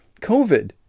COVID